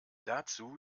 dazu